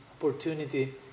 opportunity